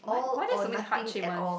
what why are there so many heart shapes one